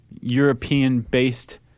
European-based